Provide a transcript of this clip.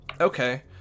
okay